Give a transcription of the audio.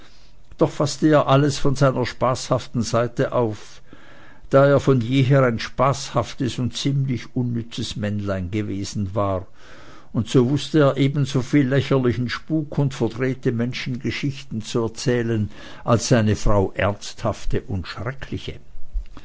doch faßte er alles von einer spaßhaften seite auf da er von jeher ein spaßhaftes und ziemlich unnützes männlein gewesen war und so wußte er ebensoviel lächerlichen spuk und verdrehte menschengeschichten zu erzählen als seine frau ernsthafte und schreckliche